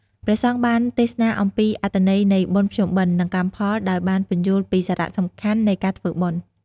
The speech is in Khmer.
ព្រះសង្ឃបានទេសនាអំពីអត្ថន័យនៃបុណ្យភ្ជុំបិណ្ឌ និងកម្មផល ដោយបានពន្យល់ពីសារៈសំខាន់នៃការធ្វើបុណ្យ។